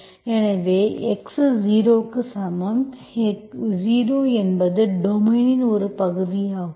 எனவே x 0 க்கு சமம் 0 என்பது டொமைன் இன் ஒரு பகுதியாகும்